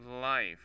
life